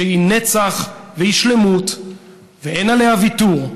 שהיא נצח והיא שלמות ואין עליה ויתור,